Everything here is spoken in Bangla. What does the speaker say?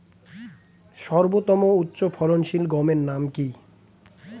সর্বতম উচ্চ ফলনশীল গমের নাম কি?